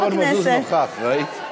ירון מזוז נוכח, ראית?